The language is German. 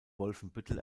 wolfenbüttel